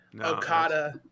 Okada